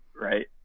right